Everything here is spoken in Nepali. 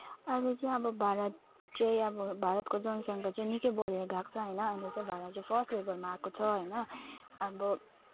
अहिले चाहिँ हाम्रो भारत चाहिँ अब भारतको जनसङ्ख्या चाहिँ निकै बढेर गएको छ होइन अहिले चाहिँ भारत चाहिँ फर्स्ट लेभेलमा आएको छ होइन अब